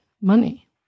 money